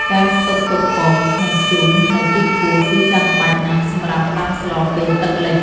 ការស្តុកទុកអុស និងធ្យូងនៅទីខ្ពស់គឺចាំបាច់ណាស់សម្រាប់ដាំស្លពេលទឹកលិច។